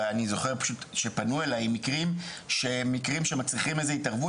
ואני זוכר פשוט שפנו אליי עם מקרים שהם מצריכים איזו שהיא התערבות,